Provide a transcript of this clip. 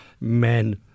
men